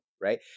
right